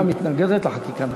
הממשלה מתנגדת לחקיקה.